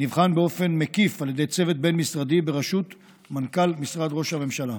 נבחן באופן מקיף על ידי צוות בין-משרדי בראשות מנכ"ל משרד ראש הממשלה.